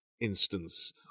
instance